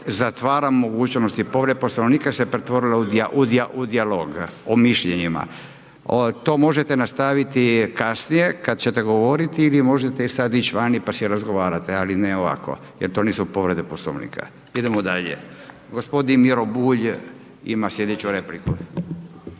zatvaram mogućnost povrede Poslovnika jer se pretvorilo u dijalog o mišljenjima. To možete nastaviti kasnije kad ćete govoriti ili možete i sad ići vani pa se razgovarati, ali ne ovako jer to nisu povrede Poslovnika. Idemo dalje. Gospodin Miro Bulj ima slijedeću repliku.